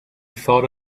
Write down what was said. thought